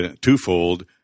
twofold